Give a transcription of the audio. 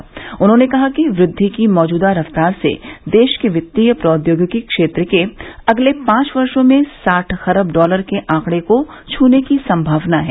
प्रधानमंत्री ने कहा कि वृद्दि की मौजूदा रफ्तार से देश के वित्तीय प्रौद्योगिकी क्षेत्र के अगले पांच वर्षो में साठ खरब डॉलर के आंकडे को छूने की संमावना है